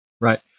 right